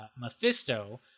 Mephisto